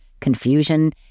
confusion